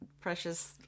precious